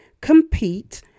compete